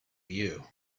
you